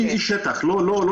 אני איש שטח, לא תאורטי.